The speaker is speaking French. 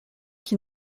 qui